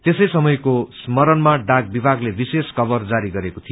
त्यसै समयको स्मरणमा डाक विभागले विशेष कभर जारी गरेको थियो